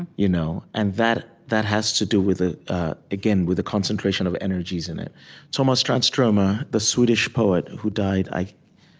you know and that that has to do with ah ah again, with the concentration of energies in it tomas transtromer, the swedish poet, who died can't